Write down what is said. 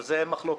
על זה אין מחלוקת.